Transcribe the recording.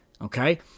Okay